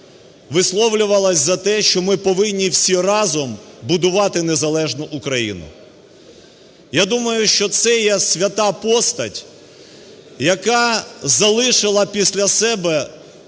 висловлювалась за те, що ми повинні всі разом будувати незалежну Україну. Я думаю, що це є свята постать, яка залишила після себе